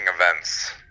events